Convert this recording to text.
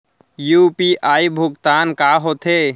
UPI भुगतान का होथे?